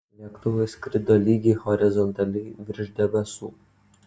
lėktuvas skrido lygiai horizontaliai virš debesų